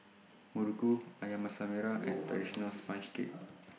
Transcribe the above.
Muruku Ayam Masak Merah and Traditional Sponge Cake